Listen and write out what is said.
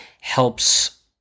helps